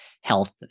health